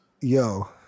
Yo